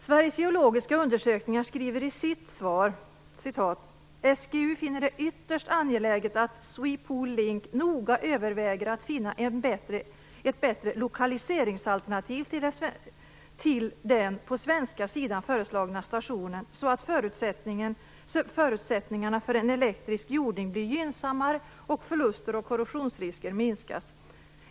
Sveriges geologiska undersökning skriver i sitt svar: "SGU finner det ytterst angeläget att Swe-Pol-Link noga överväger att finna ett bättre lokaliseringsalternativ till den på svenska sidan föreslagna stationen så att förutsättningarna för en elektrisk jordning blir gynnsammare och förluster och korrosionsrisker minskas.